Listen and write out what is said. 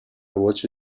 voce